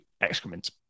excrement